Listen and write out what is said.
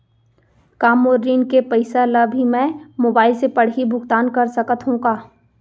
का मोर ऋण के पइसा ल भी मैं मोबाइल से पड़ही भुगतान कर सकत हो का?